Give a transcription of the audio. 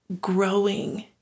growing